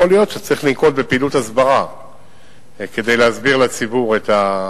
יכול להיות שצריך לנקוט פעילות הסברה כדי להסביר לציבור את,